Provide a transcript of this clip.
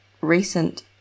recent